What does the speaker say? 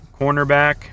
cornerback